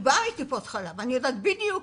אני באה מטיפות חלב ואני יודעת בדיוק